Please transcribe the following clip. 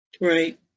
Right